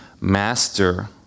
master